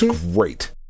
great